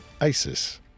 Isis